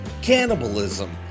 Cannibalism